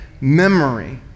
memory